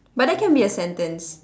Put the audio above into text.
but that can be a sentence